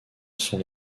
sont